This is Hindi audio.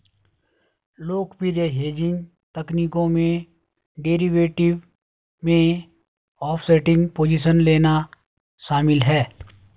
लोकप्रिय हेजिंग तकनीकों में डेरिवेटिव में ऑफसेटिंग पोजीशन लेना शामिल है